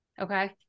Okay